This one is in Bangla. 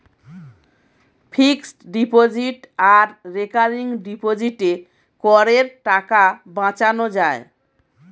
ফিক্সড ডিপোজিট আর রেকারিং ডিপোজিটে করের টাকা বাঁচানো যায়